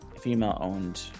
female-owned